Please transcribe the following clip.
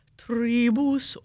tribus